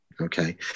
Okay